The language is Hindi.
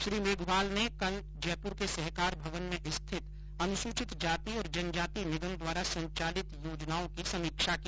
श्री मेंघवाल ने कल जयपुर के सहकार भवन में स्थित अनुसूचित जाति और जनजाति निगम द्वारा संचालित योजनाओं की समीक्षा की